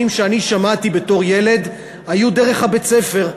שאני שמעתי בתור ילד היו דרך בית-הספר.